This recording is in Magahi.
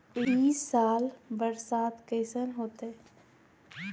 ई साल बरसात कैसन होतय?